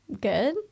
good